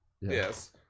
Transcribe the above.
yes